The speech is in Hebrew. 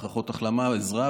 ברכות החלמה ועזרה,